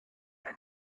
him